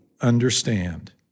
understand